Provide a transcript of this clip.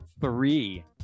Three